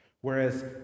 whereas